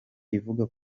ivuga